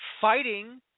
fighting